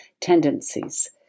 tendencies